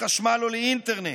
לחשמל או לאינטרנט.